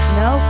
no